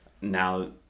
now